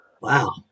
Wow